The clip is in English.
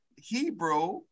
Hebrew